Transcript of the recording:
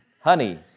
Honey